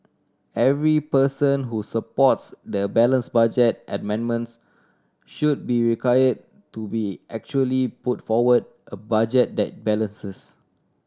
every person who supports the balance budget amendments should be require to be actually put forward a budget that balances